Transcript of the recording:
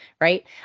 Right